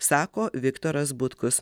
sako viktoras butkus